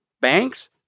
banks